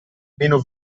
meno